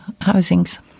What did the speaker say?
housings